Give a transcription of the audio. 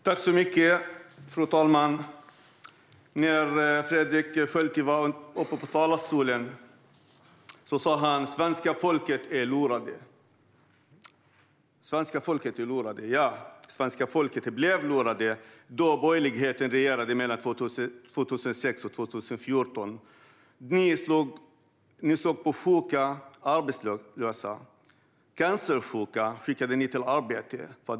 Fru talman! När Fredrik Schulte stod i talarstolen sa han att svenska folket är lurat. Ja, svenska folket blev lurat när borgerligheten regerade mellan 2006 och 2014. Ni slog mot sjuka och arbetslösa. Cancersjuka skickade ni i arbete.